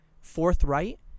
forthright